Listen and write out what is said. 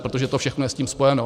Protože to všechno je s tím spojeno.